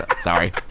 sorry